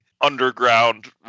underground